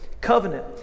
covenant